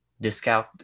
Discount